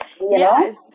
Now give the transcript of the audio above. Yes